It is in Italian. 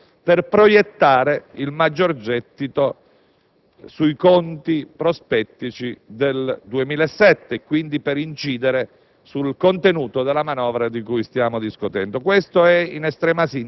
variazione ai documenti di bilancio per proiettare il maggior gettito sui conti prospettici del 2007 e quindi per incidere